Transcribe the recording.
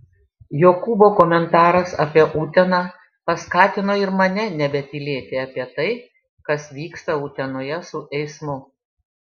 jokūbo komentaras apie uteną paskatino ir mane nebetylėti apie tai kas vyksta utenoje su eismu